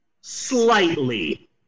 slightly